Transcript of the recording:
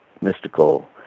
mystical